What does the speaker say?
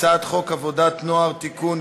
הצעת חוק עבודת הנוער (תיקון,